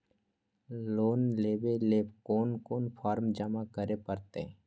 Loan लेवे ले कोन कोन फॉर्म जमा करे परते?